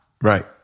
Right